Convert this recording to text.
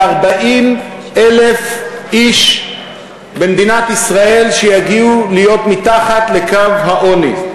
40,000 איש במדינת ישראל להיות מתחת לקו העוני.